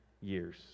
years